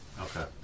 Okay